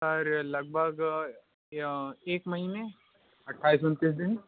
sir लगभग एक महीने अट्ठाईस उनतीस दिन